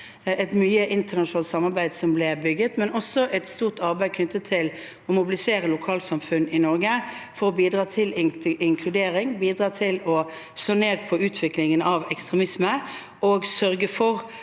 Et internasjonalt samarbeid er bygget, men det har også vært et stort arbeid knyttet til å mobilisere lokalsamfunn i Norge for å bidra til inkludering, bidra til å slå ned på utvikling av ekstremisme og sørge for